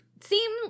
seem